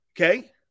Okay